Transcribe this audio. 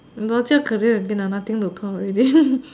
not career again lah nothing to talk already